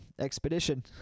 Expedition